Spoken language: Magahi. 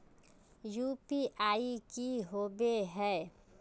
यु.पी.आई की होबे है?